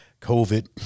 COVID